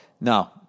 No